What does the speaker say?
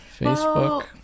facebook